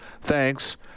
Thanks